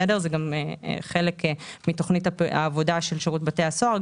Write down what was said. זה חלק מתוכנית העבודה של שירות בתי הסוהר.